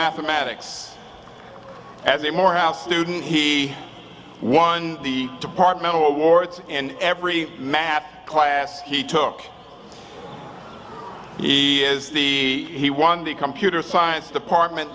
mathematics as a morehouse student he won the department awards and every math class he took he is the he won the computer science department